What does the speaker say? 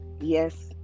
yes